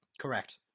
Correct